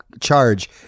charge